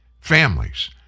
families